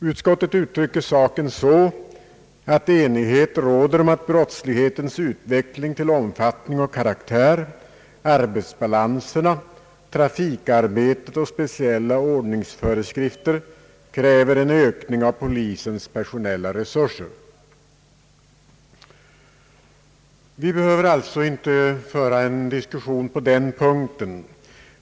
Utskottet ut trycker saken så att enighet råder om att brottslighetens utveckling, omfattning och karaktär, arbetsbalanserna, trafikarbetena och speciella ordningsföreskrifter kräver en ökning av polisens personella resurser. Vi behöver alltså inte föra en diskussion på den punkten.